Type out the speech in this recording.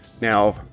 Now